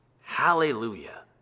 Hallelujah